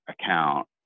account